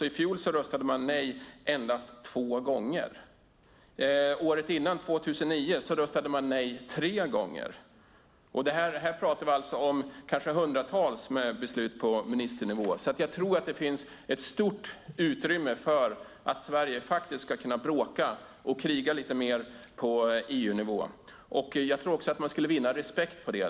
I fjol röstade man nej endast två gånger. Året innan, 2009, röstade man nej tre gånger. Här pratar vi om kanske hundratals beslut på ministernivå. Jag tror att det finns ett stort utrymme för att Sverige faktiskt ska kunna bråka och kriga lite mer på EU-nivå. Jag tror att man skulle vinna respekt för det.